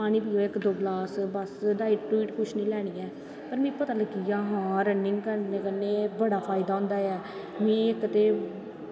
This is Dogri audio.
पानी पियै इक दो गलास डाईट कुश नी लैनी ऐ पर मिगी पता लग्गिया हा रनिंग करनें कन्नै बड़ा फायदा होंदा ऐ में इक ते